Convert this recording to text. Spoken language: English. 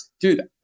Dude